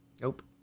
Nope